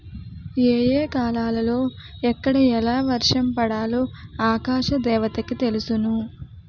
ఏ ఏ కాలాలలో ఎక్కడ ఎలా వర్షం పడాలో ఆకాశ దేవతకి తెలుసును